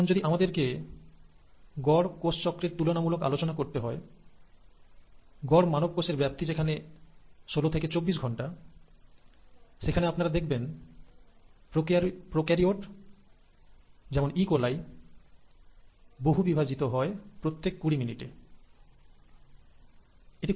এখন যদি আমাদেরকে গড় কোষচক্রের তুলনামূলক আলোচনা করতে হয় গড় মানব কোষের ব্যাপ্তি যেখানে ষোল থেকে চব্বিশ ঘণ্টা সেখানে আপনারা দেখবেন প্রোক্যারিওট যেমন Ecoli প্রতি কুড়ি মিনিটে সংখ্যা বৃদ্ধি করে